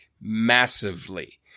massively